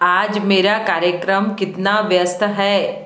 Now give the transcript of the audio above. आज मेरा कार्यक्रम कितना व्यस्त है